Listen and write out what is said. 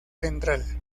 central